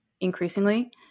increasingly